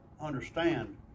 understand